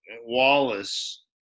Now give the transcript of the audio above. Wallace